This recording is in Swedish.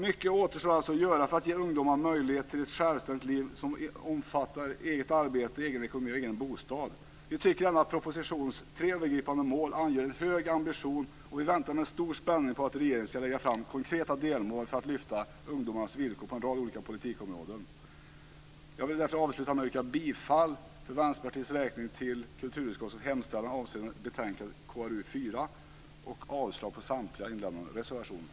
Mycket återstår alltså att göra för att ge ungdomar möjlighet till ett självständigt liv som omfattar eget arbete, egen ekonomi och egen bostad. Vi tycker att propositionens tre övergripande mål anger en hög ambition, och vi väntar med stor spänning på att regeringen ska lägga fram konkreta delmål för att lyfta fram ungdomarnas villkor på en rad olika politikområden. Jag vill avsluta med att yrka bifall för Vänsterpartiets räkning till kulturutskottets hemställan avseende betänkande KrU4 och avslag på samtliga inlämnade reservationer.